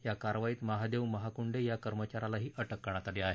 या कारवाईत महादेव महाकुंडे या कर्मचा यालाही अटक करण्यात आली आहे